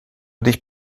dich